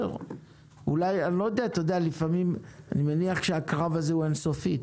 אני מניח שהקרב הזה הוא אין סופי.